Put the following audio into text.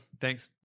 Thanks